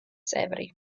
წევრი